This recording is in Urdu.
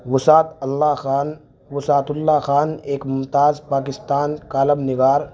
وسعت اللہ خان وسعت اللہ خان ایک ممتاز پاکستان کالم نگار